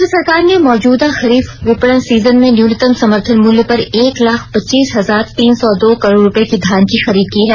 केन्द्र सरकार ने मौजुदा खरीफ विपणन सीजन में न्युनतम समर्थन मुल्य पर एक लाख पच्चीस हजार तीन सौ दो करोड रुपए की धान की खरीद की है